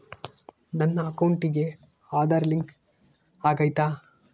ನನ್ನ ಅಕೌಂಟಿಗೆ ಆಧಾರ್ ಲಿಂಕ್ ಆಗೈತಾ?